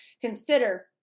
consider